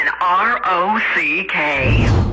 R-O-C-K